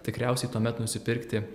tikriausiai tuomet nusipirkti